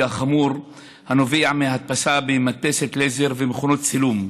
החמור הנובע מהדפסה במדפסות לייזר ומכונות צילום.